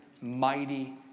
mighty